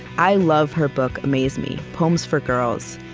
i love her book a maze me poems for girls.